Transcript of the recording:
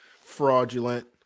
Fraudulent